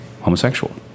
homosexual